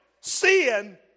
sin